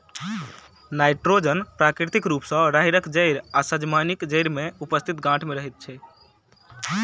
nitrogen प्राकृतिक रूप सॅ राहैड़क जड़ि आ सजमनिक जड़ि मे उपस्थित गाँठ मे रहैत छै